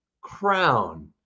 crown